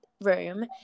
room